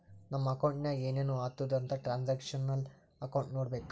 ನಮ್ ಅಕೌಂಟ್ನಾಗ್ ಏನೇನು ಆತುದ್ ಅಂತ್ ಟ್ರಾನ್ಸ್ಅಕ್ಷನಲ್ ಅಕೌಂಟ್ ನೋಡ್ಬೇಕು